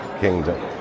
Kingdom